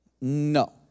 no